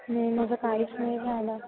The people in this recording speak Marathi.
नाही माझं काहीच नाही झालं